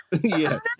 Yes